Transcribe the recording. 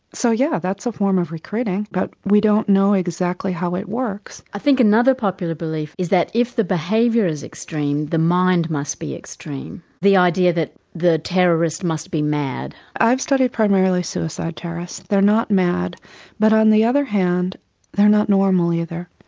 so yes, yeah that's a form of recruiting, but we don't know exactly how it works. i think another popular belief is that if the behaviour is extreme the mind must be extreme. the idea that the terrorist must be mad. i've studied primarily suicide terrorists, they are not mad but on the other hand they are not normal either.